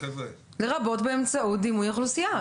לרבות באמצעות דימוי אוכלוסייה.